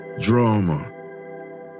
drama